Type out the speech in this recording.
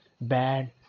bad